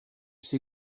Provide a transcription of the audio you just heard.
sais